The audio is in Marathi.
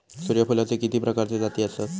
सूर्यफूलाचे किती प्रकारचे जाती आसत?